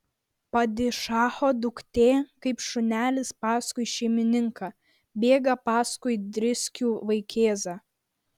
padišacho duktė kaip šunelis paskui šeimininką bėga paskui driskių vaikėzą